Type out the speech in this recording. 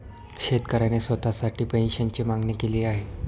शेतकऱ्याने स्वतःसाठी पेन्शनची मागणी केली आहे